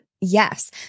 Yes